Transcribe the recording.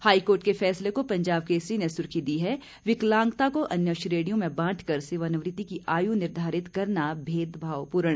high court के फैसले को पंजाब केसरी ने सुर्खी दी है विकलांगता को अन्य श्रेणियों में बांटकर सेवानिवृति की आयु निर्धारित करना भेदभावपूर्ण